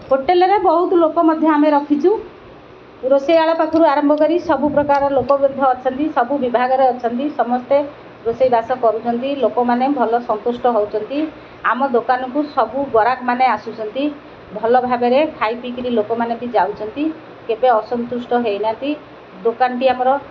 ହୋଟେଲ୍ରେ ବହୁତ ଲୋକ ମଧ୍ୟ ଆମେ ରଖିଛୁ ରୋଷେଆଳ ପାଖରୁ ଆରମ୍ଭ କରି ସବୁ ପ୍ରକାର ଲୋକ ମଧ୍ୟ ଅଛନ୍ତି ସବୁ ବିଭାଗରେ ଅଛନ୍ତି ସମସ୍ତେ ରୋଷେଇବାସ କରୁଛନ୍ତି ଲୋକମାନେ ଭଲ ସନ୍ତୁଷ୍ଟ ହେଉଛନ୍ତି ଆମ ଦୋକାନକୁ ସବୁ ଗରାକମାନେ ଆସୁଛନ୍ତି ଭଲ ଭାବରେ ଖାଇ ପିଇକିରି ଲୋକମାନେ ବି ଯାଉଛନ୍ତି କେବେ ଅସନ୍ତୁଷ୍ଟ ହେଇନାହାନ୍ତି ଦୋକାନଟି ଆମର